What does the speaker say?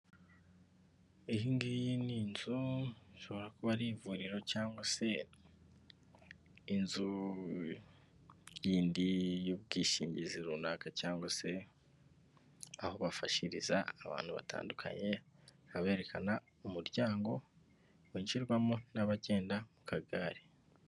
Iyi ngiyi ni inzu ishobora kuba ari ivuriro cyangwa se inzu yindi y'ubwishingizi runaka, cyangwa se aho bafashiriza abantu batandukanye, aberekana umuryango winjirwamo n'abagenda mu kagare.